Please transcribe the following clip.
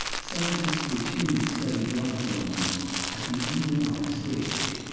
scientists routinely studied life forms at the embryonic stage.